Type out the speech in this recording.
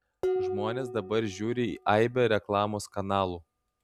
žmonės dabar žiūri į aibę reklamos kanalų